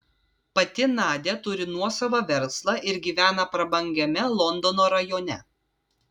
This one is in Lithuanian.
pati nadia turi nuosavą verslą ir gyvena prabangiame londono rajone